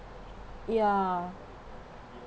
ya